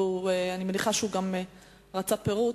ואני מניחה שהוא גם רצה פירוט,